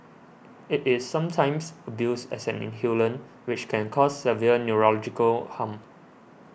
it is sometimes abused as an inhalant which can cause severe neurological harm